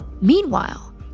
Meanwhile